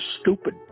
stupid